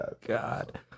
god